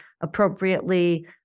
appropriately